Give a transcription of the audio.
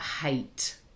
hate